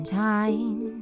time